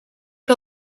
que